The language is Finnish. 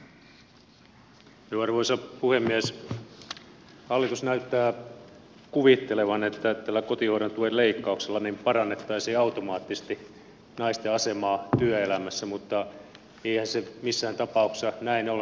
hallitus näyttää kuvittelevan että tällä kotihoidon tuen leikkauksella parannettaisiin automaattisesti naisten asemaa työelämässä mutta eihän se missään tapauksessa näin ole